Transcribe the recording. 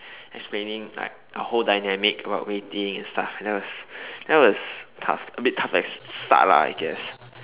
explaining like our whole dynamic about waiting and stuff and that was that was tough a bit tough to ex~ at the start lah I guess